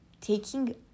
taking